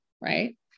right